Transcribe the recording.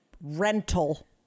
rental